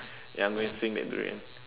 ya I'm going swing that durian